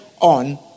on